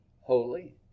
holy